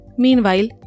Meanwhile